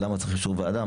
למה נדרש אישור ועדה?